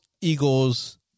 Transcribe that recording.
Eagles